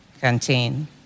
canteen